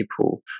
people